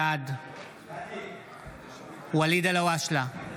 בעד ואליד אלהואשלה,